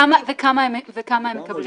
וכמה הם מקבלים.